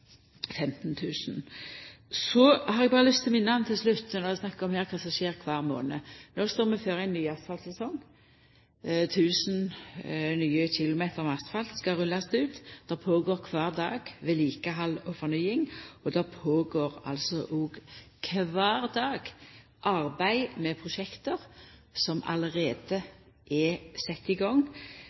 14:38:11.. Så har eg berre lyst til å minna om til slutt, når det er snakk om kva som skjer kvar månad, at vi no står føre ein ny asfaltsesong. 1 000 nye kilometer med asfalt skal rullast ut. Det blir kvar dag gjennomført vedlikehald og fornying, og det er kvar dag arbeid med prosjekt som allereie er sette i gang.